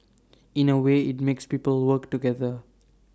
in A way IT makes people work together